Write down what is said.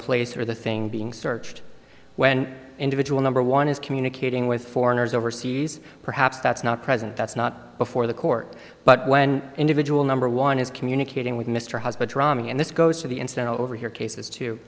place or the thing being searched when individual number one is communicating with foreigners overseas perhaps that's not present that's not before the court but when individual number one is communicating with mr husband rami and this goes to the incident over here cases t